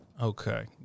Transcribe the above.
Okay